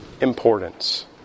importance